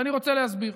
ואני רוצה להסביר: